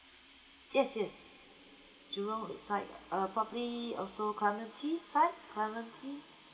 yes yes jurong site uh probably also clementi site clementi